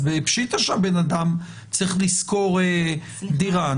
אז פשיטא שהבן אדם צריך לשכור דירה,